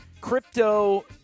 Crypto